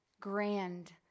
grand